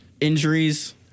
injuries